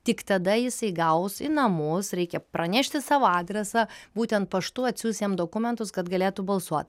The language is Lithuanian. tik tada jisai gaus į namus reikia pranešti savo adresą būtent paštu atsiųs jam dokumentus kad galėtų balsuot